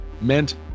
meant